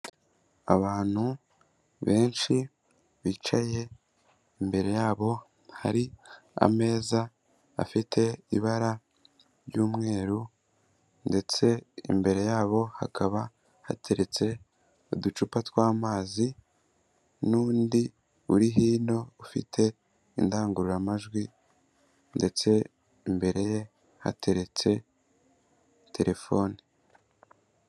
Abantu benshi bicaye, imbere yabo hari ameza afite ibara ry'umweru ndetse imbere yabo hakaba hateretse uducupa tw'amazi n'undi uri hino ufite indangururamajwi ndetse imbere ye hateretse telefone.